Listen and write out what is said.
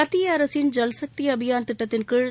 மத்திய அரசின் ஜல்சக்தி அபியான் திட்டத்தின்கீழ்